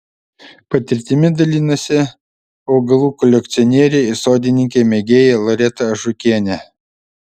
patirtimi dalinasi augalų kolekcionierė ir sodininkė mėgėja loreta ažukienė